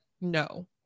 no